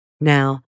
Now